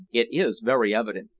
it is very evident.